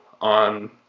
on